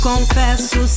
Confesso